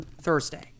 Thursday